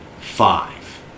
Five